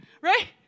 right